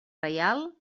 reial